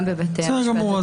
בסדר גמור.